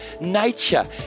Nature